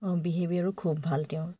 অঁ বিহেভিয়াৰো খুব ভাল তেওঁৰ